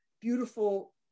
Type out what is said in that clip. beautiful